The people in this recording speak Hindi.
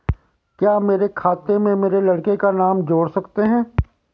क्या मेरे खाते में मेरे लड़के का नाम जोड़ सकते हैं?